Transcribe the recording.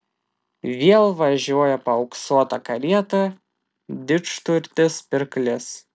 vėl važiuoja paauksuota karieta didžturtis pirklys